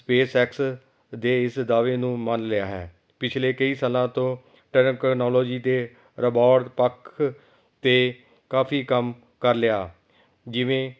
SpaceX ਦੇ ਇਸ ਦਾਅਵੇ ਨੂੰ ਮੰਨ ਲਿਆ ਹੈ ਪਿਛਲੇ ਕਈ ਸਾਲਾਂ ਤੋਂ ਟਕਨੋਲੋਜੀ ਦੇ ਰਬੋਰਡ ਪੱਖ 'ਤੇ ਕਾਫੀ ਕੰਮ ਕਰ ਲਿਆ ਜਿਵੇਂ